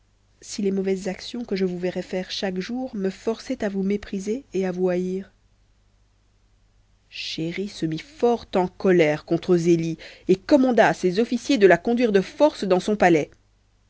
si les mauvaises actions que je vous verrais chaque jour me forçaient à vous mépriser et à vous haïr chéri se mit fort en colère contre zélie et commanda à ses officiers de la conduire de force dans son palais